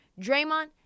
Draymond